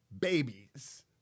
babies